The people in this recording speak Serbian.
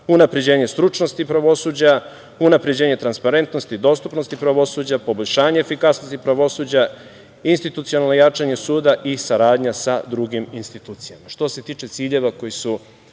unapređenje stručnosti pravosuđa, unapređenje transparentnosti, dostupnosti pravosuđa, poboljšanje efikasnosti pravosuđa, institucionalno jačanje suda i saradnja sa drugim institucijama. Što se tiče ciljeva koji su